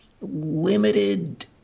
limited